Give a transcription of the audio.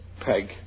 Peg